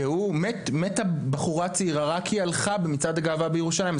מתה בחורה צעירה רק כי היא הלכה במצעד הגאווה בירושלים.